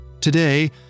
Today